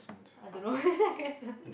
I don't know I guess so